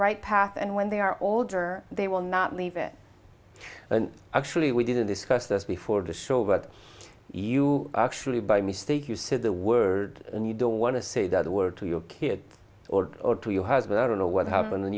right path and when they are older they will not leave it actually we didn't discuss this before the show but you actually by mistake you said the word and you don't want to see the word to your kids or or to your husband i don't know what happens when